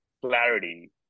clarity